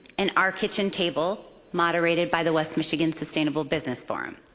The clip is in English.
and our kitchen table, moderated by the west michigan sustainable business forum.